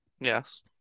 Yes